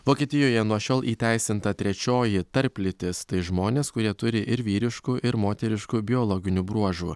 vokietijoje nuo šiol įteisinta trečioji tarplytis tai žmonės kurie turi ir vyriškų ir moteriškų biologinių bruožų